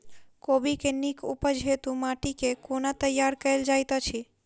कोबी केँ नीक उपज हेतु माटि केँ कोना तैयार कएल जाइत अछि?